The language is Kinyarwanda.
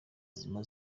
nzima